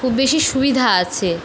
খুব বেশি সুবিধা আছে